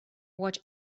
watch